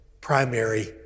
primary